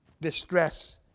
distress